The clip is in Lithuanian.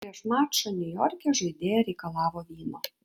prieš mačą niujorke žaidėja reikalavo vyno